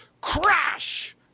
crash